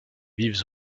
vives